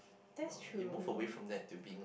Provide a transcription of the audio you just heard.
that's true